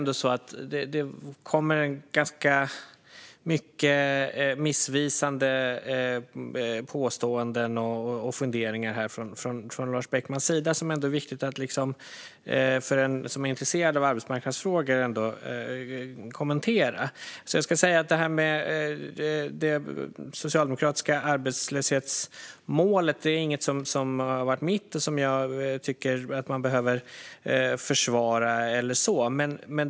Det kommer ganska många missvisande påståenden och funderingar från Lars Beckmans sida, som det är viktigt att kommentera för någon som är intresserad av arbetsmarknadsfrågor. Det socialdemokratiska arbetslöshetsmålet har inte varit mitt, och jag tycker inte att man behöver försvara det.